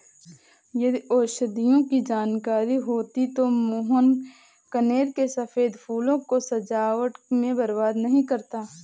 यदि औषधियों की जानकारी होती तो मोहन कनेर के सफेद फूलों को सजावट में बर्बाद नहीं करता